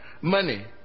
Money